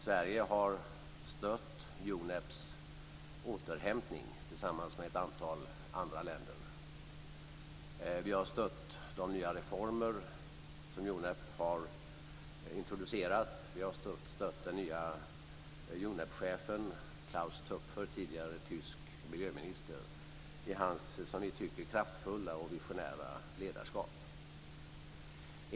Sverige har stött UNEP:s återhämtning tillsammans med ett antal andra länder. Vi har stött de nya reformer som UNEP har introducerat. Vi har stött den nya UNEP-chefen Klaus Töpfer, tidigare tysk miljöminister, i hans som vi tycker kraftfulla och visionära ledarskap.